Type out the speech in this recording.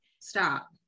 Stop